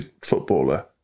footballer